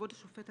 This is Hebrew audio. כבוד השופט,